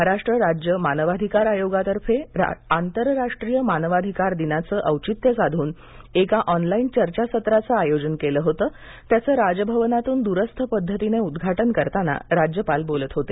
महाराष्ट्र राज्य मानवाधिकार आयोगातर्फे आंतरराष्ट्रीय मानवाधिकार दिनाचे औचित्य साधून एका ऑनलाईन चर्चासत्राचे आयोजन केलं होते त्याचं राजभवनातून द्रस्थ पद्धतीने उद्घाटन करताना राज्यपाल बोलत होते